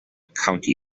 county